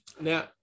Now